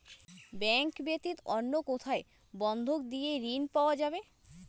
Bank ব্যাতীত অন্য কোথায় বন্ধক দিয়ে ঋন পাওয়া যাবে?